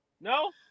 No